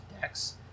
decks